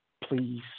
Please